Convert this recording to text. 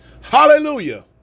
Hallelujah